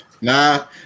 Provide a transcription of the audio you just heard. Nah